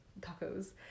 tacos